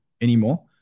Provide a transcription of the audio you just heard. anymore